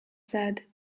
said